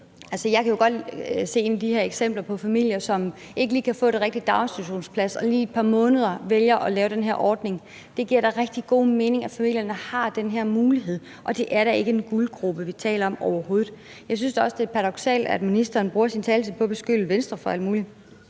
Jeg kan jo godt se en af de her familier for mig, som ikke lige kan få den rigtige daginstitutionsplads, og som så lige et par måneder vælger den her ordning. Det giver da rigtig god mening, at familierne har den her mulighed, og det er da overhovedet ikke en guldgrube, vi taler om. Jeg synes da også, det er paradoksalt, at ministeren bruger sin taletid på at beskylde Venstre for alt muligt.